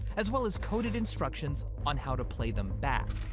as well as coded instructions on how to play them back.